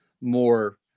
more